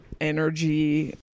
energy